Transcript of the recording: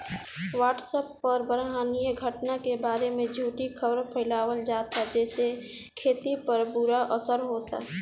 WhatsApp पर ब्रह्माण्डीय घटना के बारे में झूठी खबर फैलावल जाता जेसे खेती पर बुरा असर होता